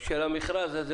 של המכרז הזה.